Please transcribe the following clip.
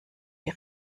die